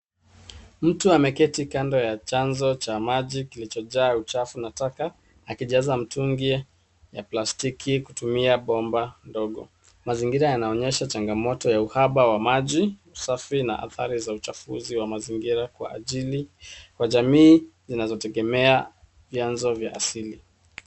Mtu ameketi kando ya chanjo cha maji kilichojaa uchafu na taka akianza mtungi akitumia bomba dogo. Mazingira yanaonyesha changamoto cha uhaba wa maji safi na bahati za uchafuzi wa mazingira kwa jamii zinazotegemea chanzo cha asili.